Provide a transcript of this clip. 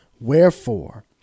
Wherefore